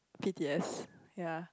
K_T_S ya